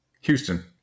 Houston